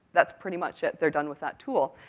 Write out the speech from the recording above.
that's pretty much it, they're done with that tool.